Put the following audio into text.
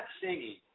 singing